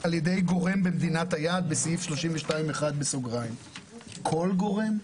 "על ידי גורם במדינת היעד", בסעיף 32(1). כל גורם?